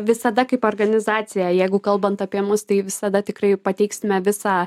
visada kaip organizacija jeigu kalbant apie mus tai visada tikrai pateiksime visą